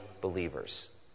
believers